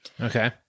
Okay